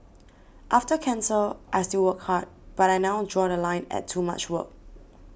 after cancer I still work hard but I now draw The Line at too much work